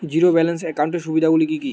Zero balance একাউন্টের সুবিধা গুলি কি কি?